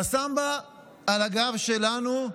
חסמב"ה על הגב שלנו,